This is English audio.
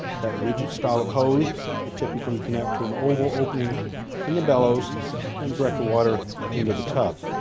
that rigid style of hose will typically connect to an oval opening in the bellows and direct the water into the tub.